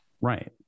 Right